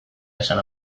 esan